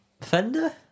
Fender